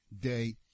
day